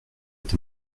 est